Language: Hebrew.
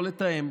לא לתאם,